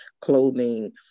clothing